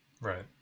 Right